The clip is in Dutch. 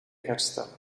herstellen